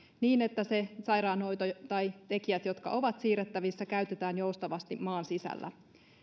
niin että se sairaanhoito tai ne tekijät jotka ovat siirrettävissä käytetään joustavasti maan sisällä